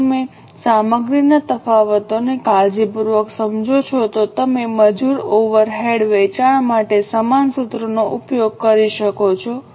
જો તમે સામગ્રી તફાવતોને કાળજીપૂર્વક સમજો છો તો તમે મજૂર ઓવરહેડ વેચાણ માટે સમાન સૂત્રોનો ઉપયોગ કરી શકો છો